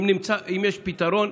אם יש פתרון,